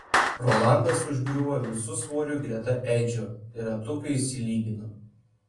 rolandas užgriuvo visu svoriu greta edžio ir ratukai išsilygino